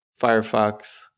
Firefox